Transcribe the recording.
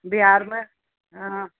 बिहारमे